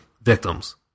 victims